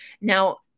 Now